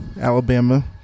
Alabama